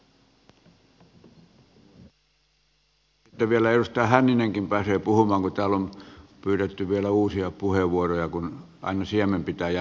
ensin edustaja suutari ja vielä edustaja hänninenkin pääsee puhumaan kun täällä on pyydetty vielä uusia puheenvuoroja kun aina siemen pitää jättää huomiseksi